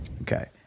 Okay